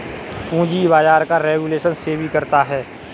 पूंजी बाजार का रेगुलेशन सेबी करता है